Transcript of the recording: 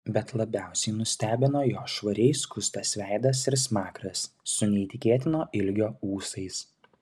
bet labiausiai nustebino jo švariai skustas veidas ir smakras su neįtikėtino ilgio ūsais